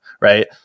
right